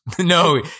No